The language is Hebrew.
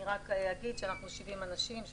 רק אגיד שאנחנו 70 אנשים,